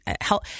help